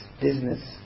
business